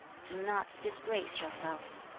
do not disgrace yourself